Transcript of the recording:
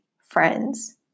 friends